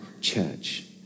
church